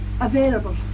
available